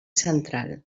central